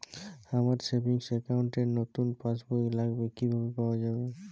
আমার savings account র নতুন পাসবই লাগবে, কিভাবে পাওয়া যাবে?